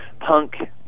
punk